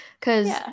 Cause